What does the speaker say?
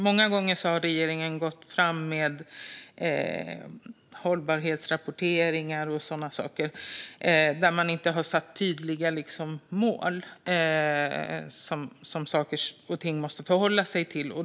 Många gånger har regeringen gått fram med hållbarhetsrapporteringar och sådana saker där man inte har satt upp tydliga mål att förhålla sig till.